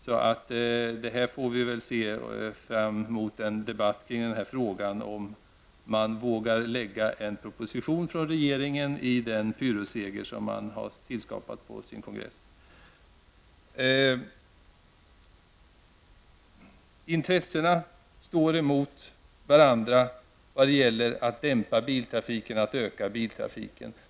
Men vi får väl hoppas på en debatt i frågan, om nu socialdemokraterna vågar lägga fram en proposition efter den pyrrusseger som de tillskapade på sin kongress. Det finns alltså olika intressen som står mot varandra när det gäller att dämpa resp. öka biltrafiken.